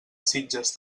sitges